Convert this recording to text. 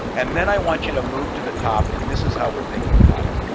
and then i want you to move to the top and this is how we're thinking about it.